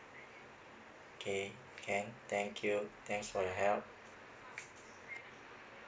okay can thank you thanks for your help